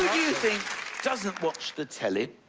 you think doesn't watch the telly?